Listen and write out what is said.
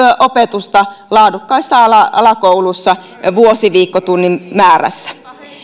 opetusta laadukkaissa alakouluissa vuosiviikkotunnin määrässä